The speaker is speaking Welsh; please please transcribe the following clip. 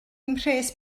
mhres